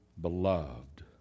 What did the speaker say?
beloved